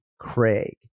Craig